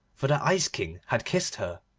for the ice-king had kissed her.